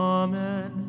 amen